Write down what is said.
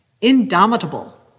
indomitable